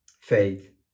faith